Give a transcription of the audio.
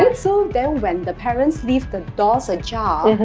and so when the parents leave the doors ajar,